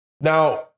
Now